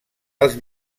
als